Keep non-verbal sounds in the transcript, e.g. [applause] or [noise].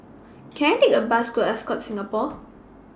Can I Take A Bus to Ascott Singapore [noise]